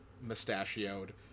mustachioed